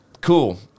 cool